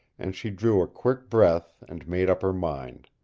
and she drew a quick breath and made up her mind.